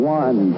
one